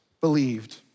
believed